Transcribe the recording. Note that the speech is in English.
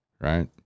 Right